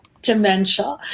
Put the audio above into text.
dementia